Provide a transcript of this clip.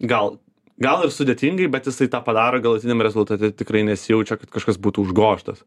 gal gal ir sudėtingai bet jisai tą padarą galutiniam rezultate tikrai nesijaučia kad kažkas būtų užgožtas